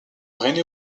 rené